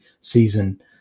season